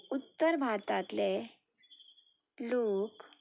उतर भारतांतले लोक